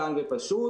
קל ופשוט.